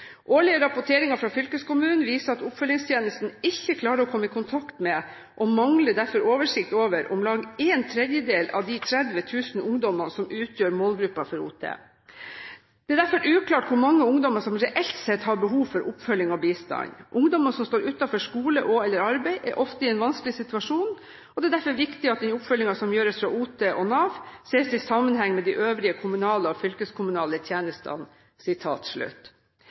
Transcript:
Årlige rapporteringer fra fylkeskommunene viser at oppfølgingstjenesten ikke klarer å komme i kontakt med, og mangler derfor oversikt over, om lag ⅓ av de 30 000 ungdommene som utgjør målgruppen til OT. Det er derfor uklart hvor mange ungdommer som reelt sett har behov for oppfølging og bistand. Ungdommer som står utenfor skole og/eller arbeid er ofte i en vanskelig situasjon. Det er derfor viktig at den oppfølgingen som gjøres fra OT og NAV sees i sammenheng med de øvrige kommunale og fylkeskommunale tjenestene.»